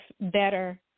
better